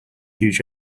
huge